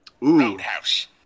Roadhouse